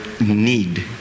need